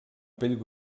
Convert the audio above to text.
pell